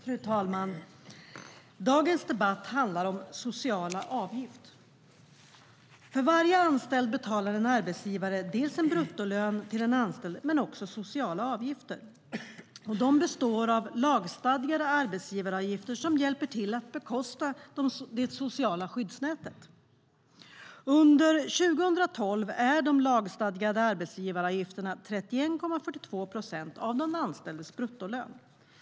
Fru talman! Dagens debatt handlar om sociala avgifter. För varje anställd betalar en arbetsgivare en bruttolön till den anställde men också sociala avgifter. De består av lagstadgade arbetsgivaravgifter som hjälper till att bekosta det sociala skyddsnätet. Under 2012 är de lagstadgade arbetsgivaravgifterna 31,42 procent av den anställdes bruttolön.